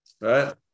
Right